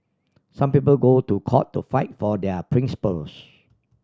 some people go to court to fight for their principles